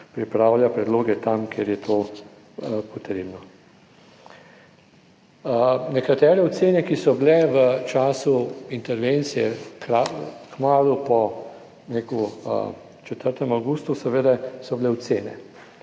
pripravlja predloge tam kjer je to potrebno. Nekatere ocene, ki so bile v času intervencije, kmalu po, bom rekel, 4. avgustu so bile ocene,